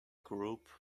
group